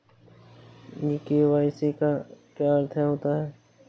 ई KYC का क्या अर्थ होता है?